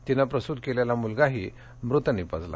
तिनं प्रसुत केलेला मुलगाही मृत निपजला